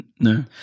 No